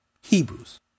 Hebrews